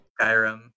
Skyrim